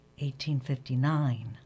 1859